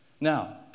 Now